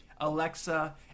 Alexa